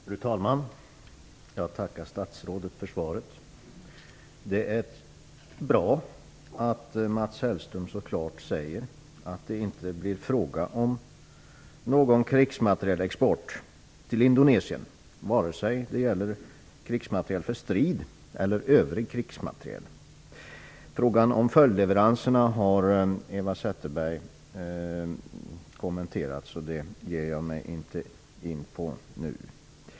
Fru talman! Jag tackar statsrådet för svaret. Det är bra att Mats Hellström så klart säger att det inte blir fråga om någon krigsmaterielexport till Indonesien vare sig det gäller krigsmateriel för strid eller övrig krigsmateriel. Frågan om följdleveranserna har Eva Zetterberg kommenterat, så den ger jag mig inte in på nu.